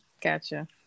gotcha